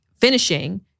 finishing